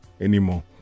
anymore